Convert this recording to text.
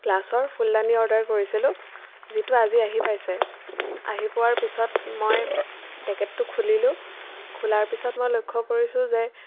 গ্লাছৰ ফুলদানী অৰ্ডাৰ কৰিছিলোঁ যিটো আজি আহি পাইছে আহি পোৱাৰ পিছত মই পেকেটটো খুলিলোঁ খোলাৰ পিছত মই লক্ষ্য কৰিছোঁ যে